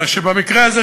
אלא שבמקרה הזה,